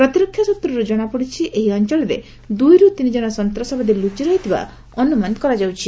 ପ୍ରତିରକ୍ଷା ସ୍ନତ୍ରରୁ ଜଣାପଡ଼ିଛି ଏହି ଅଞ୍ଚଳରେ ଦୁଇରୁ ତିନିକ୍ଷଣ ସନ୍ତାସବାଦୀ ଲୁଚି ରହିଥିବା ଅନୁମାନ କରାଯାଉଛି